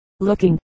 looking